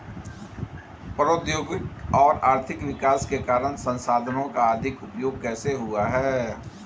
प्रौद्योगिक और आर्थिक विकास के कारण संसाधानों का अधिक उपभोग कैसे हुआ है?